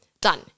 Done